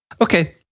Okay